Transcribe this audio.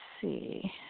see